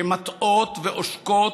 שמטעות ועושקות,